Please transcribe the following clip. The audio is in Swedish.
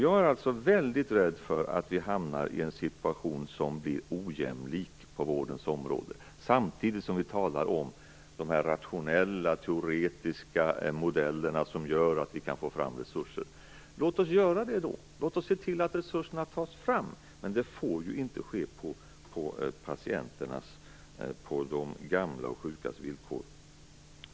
Jag är alltså väldigt rädd för att vi på vårdens område hamnar i en situation som blir ojämlik, samtidigt som vi talar om rationella och teoretiska modeller som gör att vi kan få fram resurser. Låt oss göra de då, låt oss se till att resurserna tas fram. Men det får inte ske på patienternas och de gamlas och sjukas bekostnad.